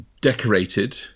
decorated